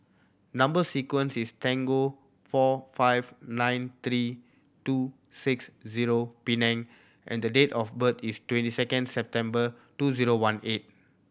number sequence is four five nine three two six zero and the date of birth is twenty second September two zero one eight